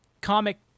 comic